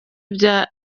bya